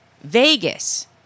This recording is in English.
Vegas